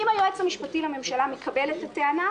אם היועץ המשפטי לממשלה מקבל את הטענה,